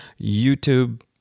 youtube